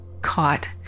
caught